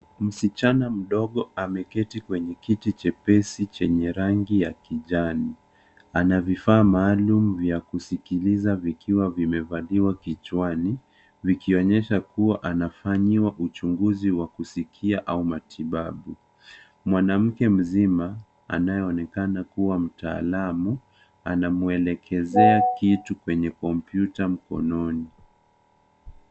Msichana mdogo ameketi kwenye kiti nyepesi chenye rangi ya kijani. Ana vifaa maalum ya kusikiliza vikiwa vimevaliwa kichwani vikionyesha kuwa anafanyiwa uchunguzi wa kusikia au matibabu. Mwanamke mzima anayeonekana kuwa mtaalamu anamwelekezea kitu kwenye kompyuta mkononi.